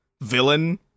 villain